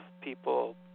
people